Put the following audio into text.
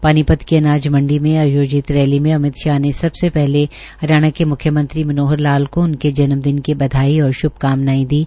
पानीपत की अनाजमंडी में आयोजित रैली में अमित शाह ने सबसे पहले हरियाणा के मुख्यमंत्री मनोहरलाल को उनके जन्मदिन की बधाई और श्भकामनाएं दीं